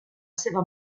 seva